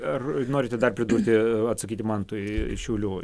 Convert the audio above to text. ar norite dar pridurti atsakyti mantui iš šiaulių